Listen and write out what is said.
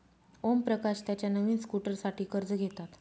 ओमप्रकाश त्याच्या नवीन स्कूटरसाठी कर्ज घेतात